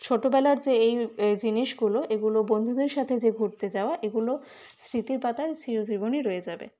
ছোটোবেলার যে এই এ জিনিসগুলো এগুলো বন্ধুদের সাথে যে ঘুরতে যাওয়া এগুলো স্মৃতির পাতায় চিরজীবনই রয়ে যাবে